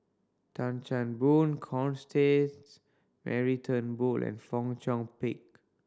Tan Chan Boon Mary Turnbull and Fong Chong Pik